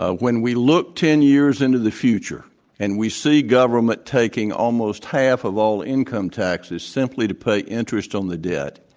ah when we look ten years into the future and we see government taking almost half of all income taxes simply to pay interest on the debt,